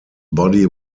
body